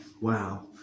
wow